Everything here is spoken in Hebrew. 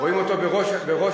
הנה